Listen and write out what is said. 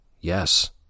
Yes